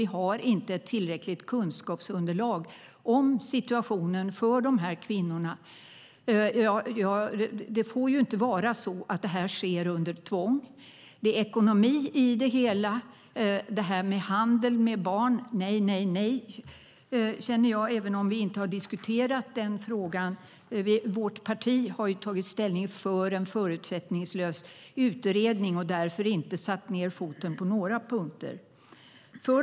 Vi har inte tillräckligt kunskapsunderlag om situationen för de här kvinnorna. Det här får ju inte ske under tvång. Det är ekonomi i det hela. Det får inte bli någon handel med barn, känner jag, även om vi inte har diskuterat den frågan. Vårt parti har tagit ställning för en förutsättningslös utredning och därför inte satt ned foten på några punkter.